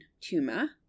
tumor